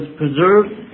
preserved